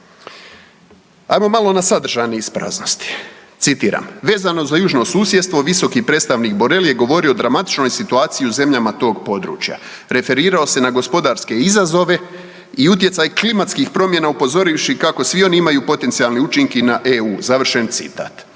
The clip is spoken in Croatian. Ajmo malo na sadržajne ispraznosti. Citiram, vezano za južno susjedstvo visoki predstavnik Borrelli je govorio o dramatičnoj situaciji u zemljama tog područja, referirao se na gospodarske izazove i utjecaj klimatskih promjena upozorivši kako svi oni imaju potencijalne učinke i na EU. Završen citat.